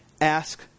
ask